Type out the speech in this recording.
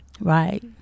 right